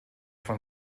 von